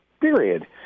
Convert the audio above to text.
period